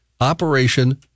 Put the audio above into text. Operation